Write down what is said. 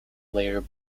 layer